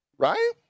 Right